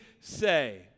say